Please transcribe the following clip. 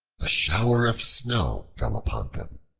a shower of snow fell upon them,